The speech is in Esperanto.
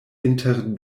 inter